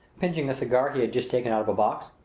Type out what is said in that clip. pinching a cigar he had just taken out of a box.